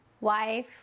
wife